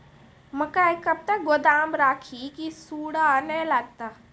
मकई कब तक गोदाम राखि की सूड़ा न लगता?